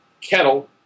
kettle